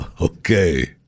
okay